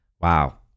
Wow